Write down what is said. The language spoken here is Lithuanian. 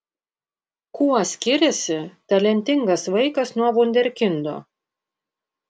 kuo skiriasi talentingas vaikas nuo vunderkindo